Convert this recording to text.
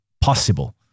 possible